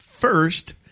First